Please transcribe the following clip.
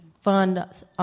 fund